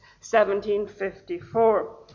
1754